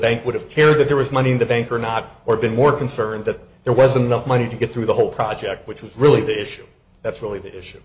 bank would have cared that there was money in the bank or not or been more concerned that there wasn't enough money to get through the whole project which was really the issue that's really the issue